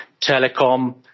telecom